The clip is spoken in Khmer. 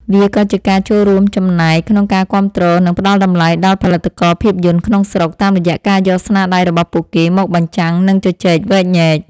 វាក៏ជាការចូលរួមចំណែកក្នុងការគាំទ្រ និងផ្ដល់តម្លៃដល់ផលិតករភាពយន្តក្នុងស្រុក តាមរយៈការយកស្នាដៃរបស់ពួកគេមកបញ្ចាំង និងជជែកវែកញែក។